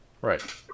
Right